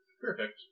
Perfect